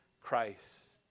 Christ